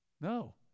No